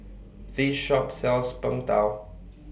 This Shop sells Png Tao